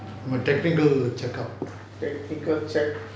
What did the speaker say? technical check